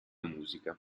musica